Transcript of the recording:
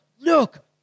look